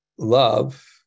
Love